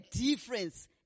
difference